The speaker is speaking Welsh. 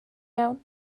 iawn